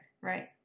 right